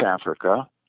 Africa